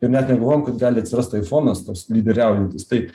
ir net negalvojom kad gali atsirast aifonas toks lyderiaujantis tai